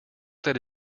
that